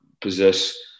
possess